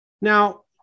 Now